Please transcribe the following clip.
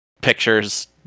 pictures